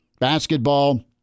basketball